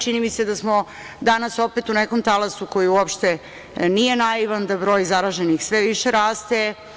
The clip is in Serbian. Čini mi se da smo danas opet u nekom talasu koji uopšte nije naivan, da broj zaraženih sve više raste.